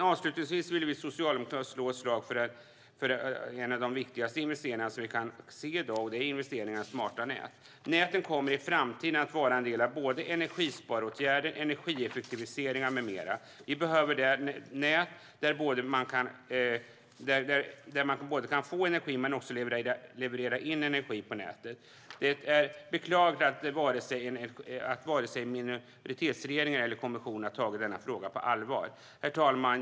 Avslutningsvis vill vi socialdemokrater slå ett slag för en av de viktigaste investeringar som vi kan se i dag, nämligen investeringar i smarta nät. Näten kommer i framtiden att vara en del av både energisparåtgärder och energieffektiviseringar. Vi behöver nät där man både kan få energi och också leverera in energi. Det är beklagligt att varken regeringen eller kommissionen har tagit denna fråga på allvar. Herr talman!